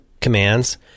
commands